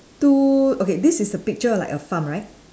two okay this is a picture like a farm right